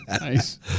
Nice